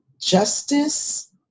justice